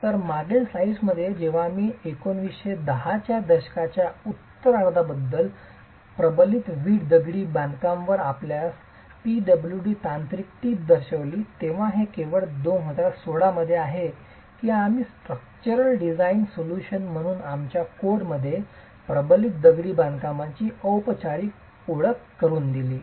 तर मागील स्लाइड्समध्ये जेव्हा मी 1910 च्या दशकाच्या उत्तरार्धात प्रबलित वीट दगडी बांधकाम वर आपल्याला पीडब्ल्यूडी तांत्रिक टीप दर्शविली तेव्हा हे केवळ 2016 मध्ये आहे की आम्ही स्ट्रक्चरल डिझाइन सोल्यूशन म्हणून आमच्या कोडमध्ये प्रबलित दगडी बांधकामाची औपचारिक ओळख करुन दिली